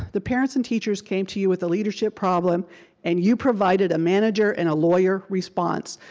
the parents and teachers came to you with a leadership problem and you provided a manager and a lawyer response.